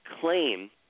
claim